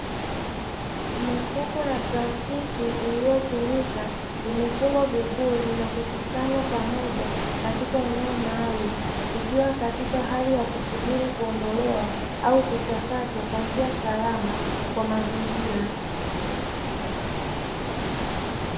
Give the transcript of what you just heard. Mifuko ya plastiki iliyotumika imefungwa vizuri na kukusanywa pamoja katika eneo maalumu , ikiwa katika hali ya kususbiri kuondolewa au kuchakatwa kwa njia salama kwa mazingira.